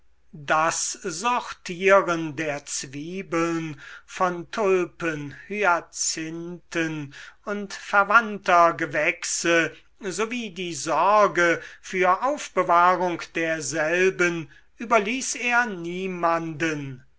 das sortieren der zwiebeln von tulpen hyazinthen und verwandter gewächse so wie die sorge für aufbewahrung derselben überließ er niemanden